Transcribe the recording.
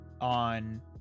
on